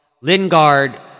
Lingard